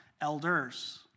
Elders